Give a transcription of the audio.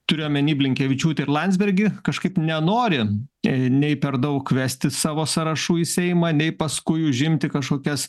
turiu omeny blinkevičiūtę ir landsbergį kažkaip nenori nei per daug vesti savo sąrašų į seimą nei paskui užimti kažkokias